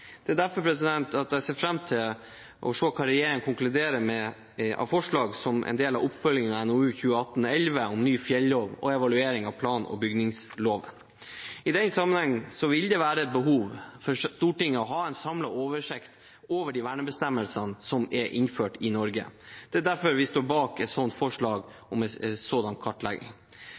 Det er derfor jeg ser fram til å se hva regjeringen konkluderer med av forslag som en del av oppfølgingen av NOU 2018: 11 om ny fjellov og evaluering av plan- og bygningsloven. I den sammenheng vil det være behov for Stortinget for å ha en samlet oversikt over de vernebestemmelsene som er innført i Norge. Det er derfor vi står bak et forslag om en sånn kartlegging.